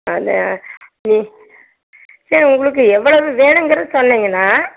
அது உங்களுக்கு எவ்ளவு வேணுங்கிறத சொன்னீங்கனா